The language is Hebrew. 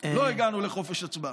לא הגענו לחופש הצבעה.